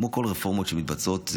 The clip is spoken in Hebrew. כמו כל רפורמות שמתבצעות,